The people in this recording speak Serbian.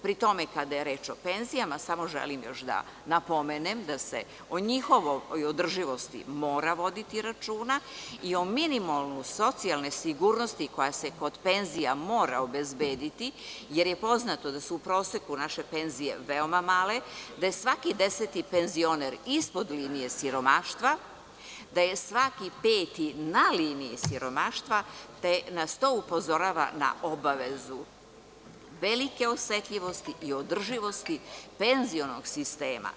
Pri tome, kada je reč o penzijama, samo želim još da napomenem da se o njihovoj održivosti mora voditi računa i o minimumu socijalne sigurnosti koja se kod penzija mora obezbediti, jer je poznato da su u proseku naše penzije veoma male, da je svaki deseti penzioner ispod linije siromaštva, da se svaki peti na liniji siromaštva, te nas to upozorava na obavezu velike osetljivosti i održivosti penzionog sistema.